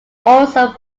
also